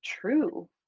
true